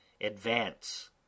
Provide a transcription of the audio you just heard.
advance